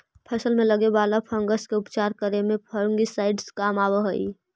फसल में लगे वाला फंगस के उपचार करे में फंगिसाइड काम आवऽ हई